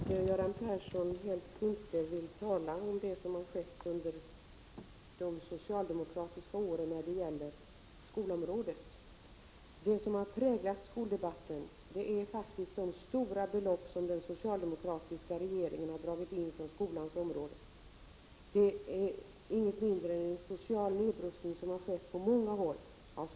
Herr talman! Jag förstår att Göran Persson helst inte vill tala om det som har skett inom skolområdet under de socialdemokratiska åren. Det som har präglat skoldebatten är de stora belopp som den socialdemokratiska regeringen har dragit in från skolans område. På många håll är det inget mindre än social nedrustning av skolan.